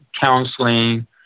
counseling